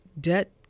debt